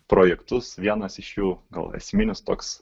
projektus vienas iš jų gal esminis toks